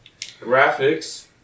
Graphics